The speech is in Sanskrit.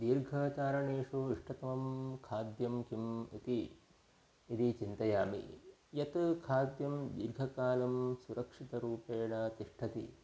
दीर्घचारणेषु इष्टतमं खाद्यं किम् इति यदि चिन्तयामि यत् खाद्यं दीर्घकालं सुरक्षितरूपेण तिष्ठति